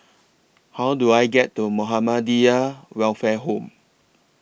How Do I get to Muhammadiyah Welfare Home